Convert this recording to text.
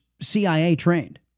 CIA-trained